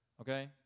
okay